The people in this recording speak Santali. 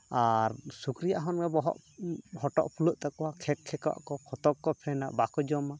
ᱟᱨ ᱥᱩᱠᱨᱤᱭᱟᱜ ᱦᱚᱸ ᱱᱚᱝᱠᱟ ᱵᱚᱦᱚᱜ ᱦᱚᱴᱚᱜ ᱯᱷᱩᱞᱟᱹᱜ ᱛᱟᱠᱚᱣᱟ ᱠᱷᱮᱸᱠ ᱠᱷᱮᱸᱠᱚᱜ ᱟᱠᱚ ᱯᱷᱚᱛᱚ ᱜᱮᱠᱚ ᱯᱷᱮᱱᱟ ᱵᱟᱠᱚ ᱡᱚᱢᱟ